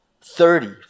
thirty